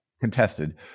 contested